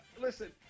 Listen